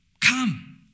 come